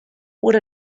oer